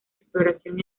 exploración